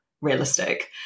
realistic